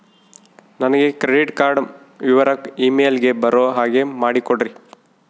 ನನಗೆ credit card ವಿವರ email ಗೆ ಬರೋ ಹಾಗೆ ಮಾಡಿಕೊಡ್ರಿ?